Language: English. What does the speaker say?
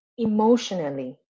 emotionally